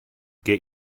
get